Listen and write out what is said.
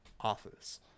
office